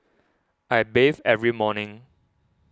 I bathe every morning